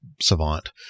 savant